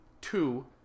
Two